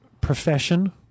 profession